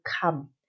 come